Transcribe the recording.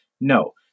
No